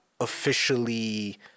officially